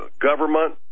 government